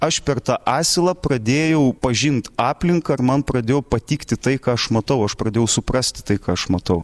aš per tą asilą pradėjau pažint aplinką ir man pradėjo patikti tai ką aš matau aš pradėjau suprasti tai ką aš matau